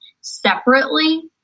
separately